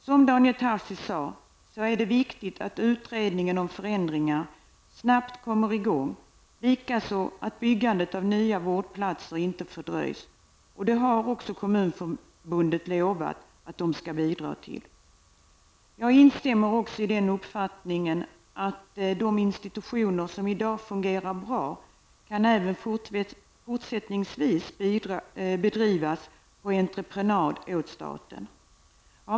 Som Daniel Tarschys sade är det viktigt att utredningen om förändringar snabbt kommer i gång, likaså att byggandet av nya vårdplatser inte fördröjs. Kommunförbundet har också lovat att bidra till detta. Jag instämmer också i den uppfattningen att de institutioner som i dag fungerar bra även fortsättningsvis kan bedrivas på entreprenad åt staten.